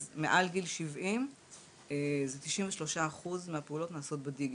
אז מעל גיל 70 זה 93% מהפעולות נעשות בדיגיטל.